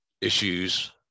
issues